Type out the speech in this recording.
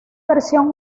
versión